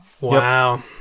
wow